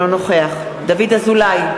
נגד דוד אזולאי,